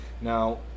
Now